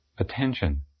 attention